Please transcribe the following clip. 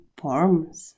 forms